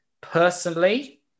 personally